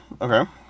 Okay